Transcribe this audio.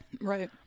Right